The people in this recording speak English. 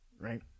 Right